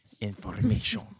information